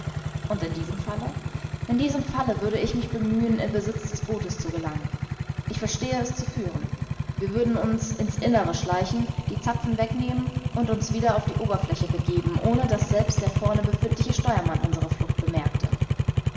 und in diesem falle in diesem falle würde ich mich bemühen in besitz des bootes zu gelangen ich verstehe es zu führen wir würden uns in's innere schleichen die zapfen wegnehmen und uns wieder auf die oberfläche begeben ohne daß selbst der vorne befindliche steuermann unsere flucht bemerkte